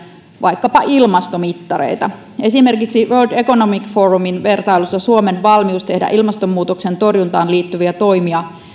vaikkapa ilmastomittareita esimerkiksi world economic forumin vertailussa suomen valmius tehdä ilmastonmuutoksen torjuntaan liittyviä toimia